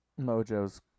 Mojo's